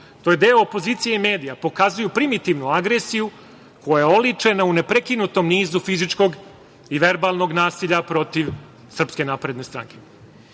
to je deo opozicije i medija, pokazuju primitivnu agresiju koja je oličena u neprekinutom nizu fizičkog i verbalnog nasilja protiv SNS.Najbolji dokaz,